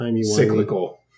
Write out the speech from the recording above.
cyclical